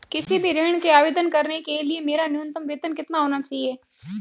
किसी भी ऋण के आवेदन करने के लिए मेरा न्यूनतम वेतन कितना होना चाहिए?